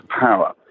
power